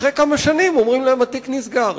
אחרי כמה שנים אומרים להם: התיק נסגר.